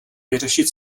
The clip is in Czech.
vyřešit